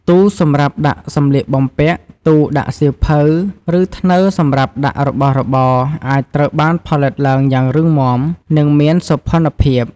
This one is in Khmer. ទូសម្រាប់ដាក់សម្លៀកបំពាក់ ទូដាក់សៀវភៅ ឬធ្នើសម្រាប់ដាក់របស់របរ អាចត្រូវបានផលិតឡើងយ៉ាងរឹងមាំ និងមានសោភ័ណភាព។